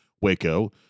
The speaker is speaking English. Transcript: Waco